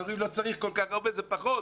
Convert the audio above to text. אתם אומרים, לא צריך כל כך הרבה, זה פחות,